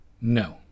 No